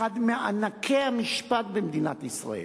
אחד מענקי המשפט במדינת ישראל,